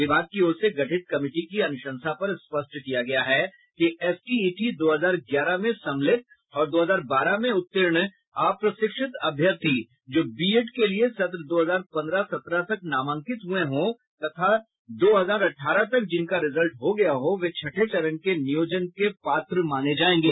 विभाग की ओर से गठित कमिटी की अनुशंसा पर स्पष्ट किया गया है कि एसटीईटी दो हजार ग्यारह में सम्मिलित और दो हजार बारह में उत्तीर्ण अप्रशिक्षित अभ्यर्थी जो बीएड के लिए सत्र दो हजार पन्द्रह सत्रह तक नामांकित हुए हो तथा दो हजार अठारह तक जिनका रिजल्ट हो गया हो वे छठे चरण के नियोजन के पात्र माने जायेंगे